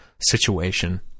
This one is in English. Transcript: situation